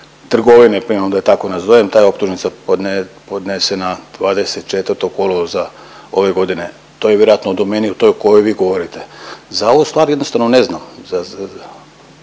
trgovine plinom da je tako nazovem. Ta je optužnica podnesena 24. kolovoza ove godine, to je vjerojatno u domeni u toj o kojoj vi govorite. Za ovu stvar jednostavno ne znam,